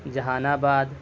جہان آباد